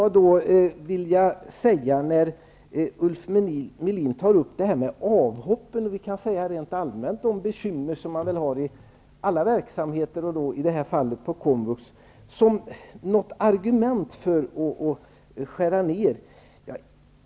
Ulf Melin tog upp avhoppen -- som rent allmänt utgör ett bekymmer i alla verksamheter, och i det här fallet inom komvux -- som ett argument för att man skall skära ned.